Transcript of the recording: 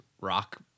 rock